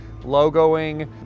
logoing